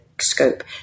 scope